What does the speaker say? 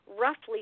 roughly